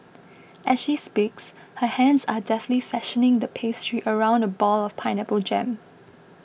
as she speaks her hands are deftly fashioning the pastry around a ball of pineapple jam